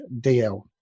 DL